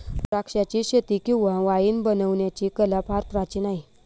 द्राक्षाचीशेती किंवा वाईन बनवण्याची कला फार प्राचीन आहे